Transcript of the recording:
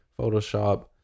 Photoshop